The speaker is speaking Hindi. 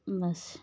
बस